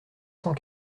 cent